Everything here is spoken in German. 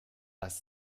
das